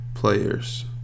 players